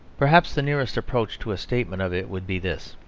perhaps the nearest approach to a statement of it would be this